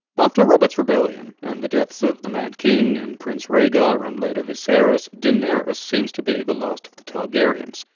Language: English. after robert's rebellion and the deaths of the mad king, and prince rhaegar, and later viserys, daenerys seems to be the last of the targaryens,